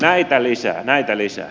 näitä lisää näitä lisää